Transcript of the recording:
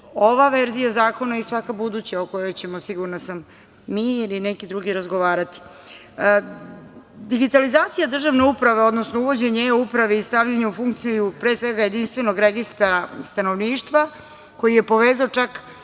ova verzija zakona i svaka buduća o kojoj ćemo, sigurna sam, mi ili neki drugi razgovarati. Digitalizacija državne uprave, odnosno uvođenje e-uprave i stavljanje u funkciju pre svega jedinstvenog registra stanovništva, koji je povezao čak